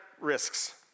risks